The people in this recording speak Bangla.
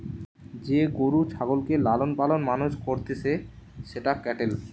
যে গরু ছাগলকে লালন পালন মানুষ করতিছে সেটা ক্যাটেল